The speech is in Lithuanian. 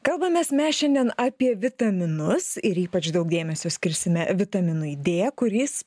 kalbamės mes šiandien apie vitaminus ir ypač daug dėmesio skirsime vitaminui d kuris